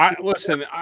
Listen